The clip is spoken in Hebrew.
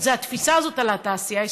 זה התפיסה הזאת על התעשייה הישראלית.